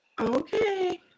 Okay